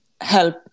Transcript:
help